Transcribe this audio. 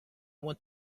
want